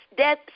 death